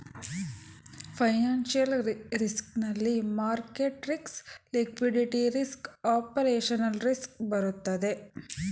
financial risk ನಲ್ಲಿ market risk, liquidity risk, operational risk ಬರುತ್ತದೆ